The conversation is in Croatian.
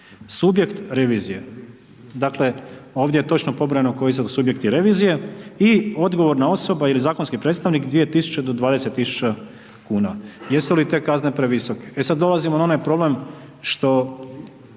subjekt revizije. Dakle ovdje je točno pobrojano koji su to subjekti revizije i odgovorna osoba ili zakonski predstavnik 2000 do 20 000 kn. Jesu li te kazne previsoke? E sad dolazimo na onaj problem što